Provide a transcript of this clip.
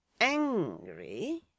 Angry